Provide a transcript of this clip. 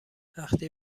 وقتی